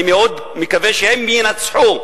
אני מאוד מקווה שהם ינצחו,